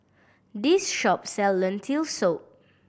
this shop sell Lentil Soup